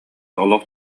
олох